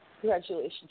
Congratulations